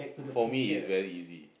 for me is very easy